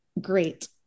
great